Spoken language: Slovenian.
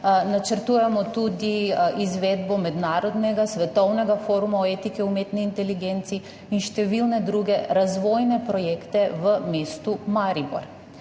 načrtujemo tudi izvedbo mednarodnega svetovnega foruma o etiki v umetni inteligenci in številne druge razvojne projekte v mestu Maribor.